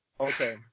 Okay